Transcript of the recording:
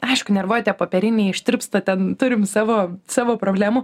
aišku nervuoja tie popieriniai ištirpsta ten turim savo savo problemų